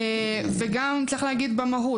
גם צריך להגיד במהות,